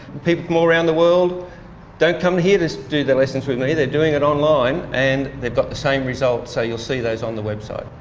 people from all around the world don't come here to so do the lessons with me, they're doing it online and they've got the same results, so you'll see those on the website.